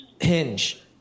Hinge